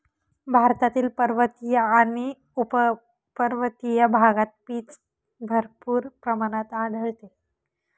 भारतातील पर्वतीय आणि उपपर्वतीय भागात पीच भरपूर प्रमाणात आढळते